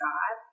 God